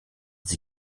sie